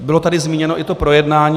Bylo tady zmíněno i to projednání.